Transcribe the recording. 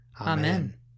Amen